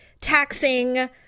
taxing